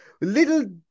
little